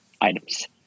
items